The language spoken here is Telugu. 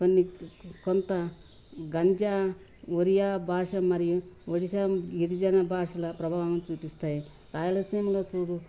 కొన్ని కొంత గంజా ఒరియా భాష మరియు ఒడిశా గిరిజన భాషల ప్రభావం చూపిస్తాయి రాయలసీమలో చూడు